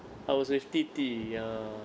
I was with di di ya